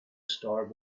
star